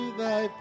thy